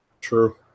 True